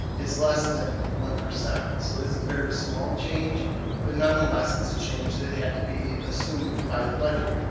it's less than one percent. so it's a very small change but nonetheless it's a change that had to be assumed by the budget.